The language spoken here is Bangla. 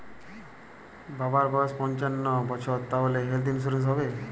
বাবার বয়স পঞ্চান্ন বছর তাহলে হেল্থ ইন্সুরেন্স হবে?